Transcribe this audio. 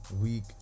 Week